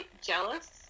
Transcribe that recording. jealous